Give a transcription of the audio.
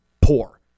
poor